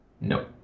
Nope